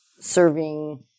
serving